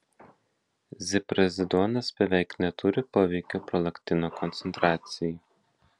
ziprazidonas beveik neturi poveikio prolaktino koncentracijai